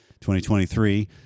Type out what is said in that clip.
2023